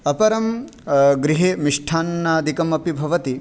अपरं गृहे मिष्टान्नादिकमपि भवति